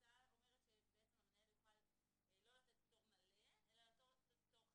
ההצעה אומרת שבעצם המנהל יוכל לא לתת פטור מלא אלא פטור חלקי,